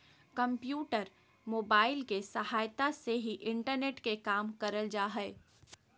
computer, mobile के सहायता से ही इंटरनेट के काम करल जा हय